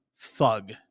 thug